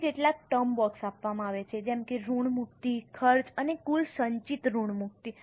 પછી કેટલાક term box આપવામાં આવે છે જેમ કે ઋણમુક્તિ ખર્ચ અને કુલ સંચિત ઋણમુક્તિ